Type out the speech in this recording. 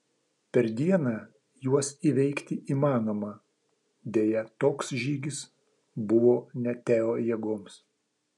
per dieną juos įveikti įmanoma deja toks žygis buvo ne teo jėgoms